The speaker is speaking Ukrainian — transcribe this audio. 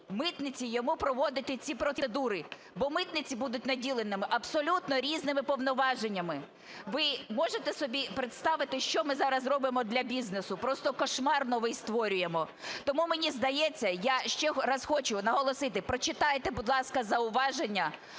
митниці йому проводити ці процедури, бо митниці будуть наділені абсолютно різними повноваженнями. Ви можете собі представити, що ми зараз робимо для бізнесу. Просто кошмар новий створюємо. Тому, мені здається, я ще раз хочу наголосити, прочитайте, будь ласка, зауваження